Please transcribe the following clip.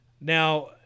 Now